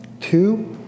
Two